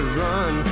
run